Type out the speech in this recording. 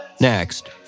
Next